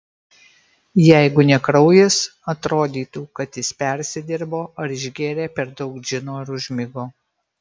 jeigu ne kraujas atrodytų kad jis persidirbo ar išgėrė per daug džino ir užmigo